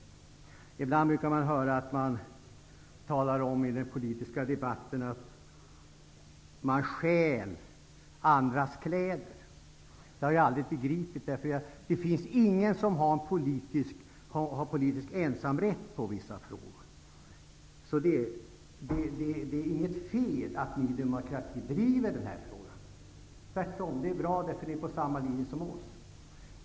Ibland brukar man i den politiska debatten höra talas om att man stjäl andras kläder. Det har jag aldrig begripit, för det finns ingen som har politisk ensamrätt på vissa frågor. Så det är inget fel att Ny demokrati driver den här frågan. Tvärtom är det bra, för det är samma linje som vi driver.